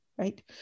right